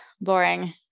boring